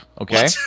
Okay